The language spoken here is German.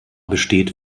besteht